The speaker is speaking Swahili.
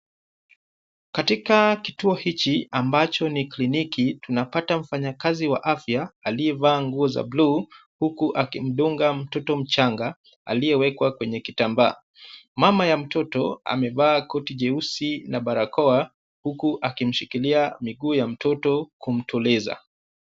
Katika kituo hichi ambacho ni kliniki, tunapata mfanyakazi wa afya aliyevaa nguo za bluu huku akimdunga mtoto mchanga aliyewekwa kwenye kitambaa. Mama ya mtoto amevaa koti jeusi na barakoa huku akimshikilia miguu ya mtoto kumtuliza.